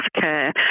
care